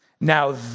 Now